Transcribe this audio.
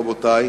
רבותי,